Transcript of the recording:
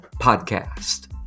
Podcast